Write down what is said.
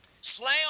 Slam